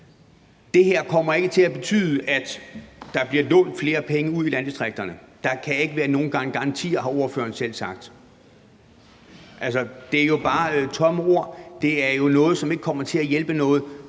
Det her kommer ikke til at betyde, at der bliver lånt flere penge ude i landdistrikterne. Der kan ikke være nogen garantier, har ordføreren selv sagt. Altså, det er jo bare tomme ord; det er jo noget, som ikke kommer til at hjælpe noget,